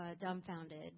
dumbfounded